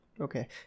Okay